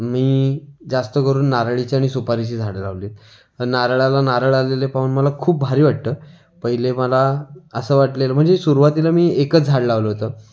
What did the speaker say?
मी जास्त करून नारळीची आणि सुपारीची झाडं लावली आहेत नारळाला नारळ आलेले पाहून मला खूप भारी वाटतं पहिले मला असं वाटलेलं म्हणजे सुरवातीला मी एकच झाड लावलं होतं